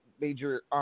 major